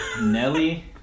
Nelly